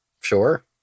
Sure